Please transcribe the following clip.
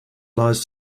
lies